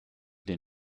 den